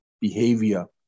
behavior